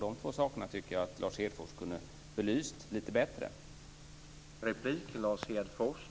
Jag tycker att Lars Hedfors kunde ha belyst dessa två saker litet bättre.